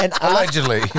Allegedly